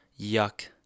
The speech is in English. Yuck